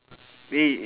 way